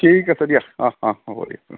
ঠিক আছে দিয়া অঁ অঁ হ'ব দিয়া